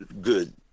good